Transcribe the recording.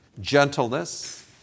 gentleness